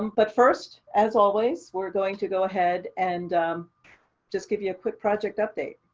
but first, as always, we're going to go ahead and just give you a quick project update.